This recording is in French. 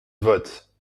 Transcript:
vote